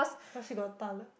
because she got taller